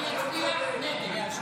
אני אצביע נגד ההצעה.